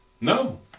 No